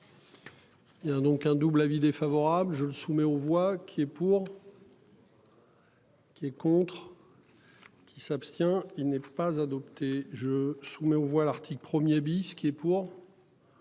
Il y a donc un double avis défavorable, je le soumets aux voix qui est pour. Qui est contre. Qui s'abstient. Il n'est pas adopté, je soumets aux voix l'article 1er bis qui est pour.